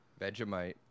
Vegemite